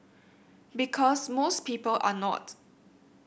because most people are not